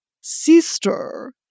sister